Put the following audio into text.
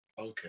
Okay